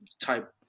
type